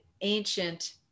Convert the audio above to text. ancient